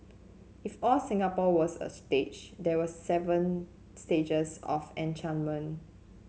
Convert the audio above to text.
if all Singapore was a stage there were seven stages of enchantment